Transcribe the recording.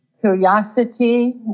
curiosity